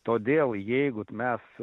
todėl jeigu mes